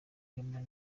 bwemewe